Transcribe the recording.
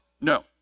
No